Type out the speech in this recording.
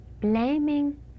Blaming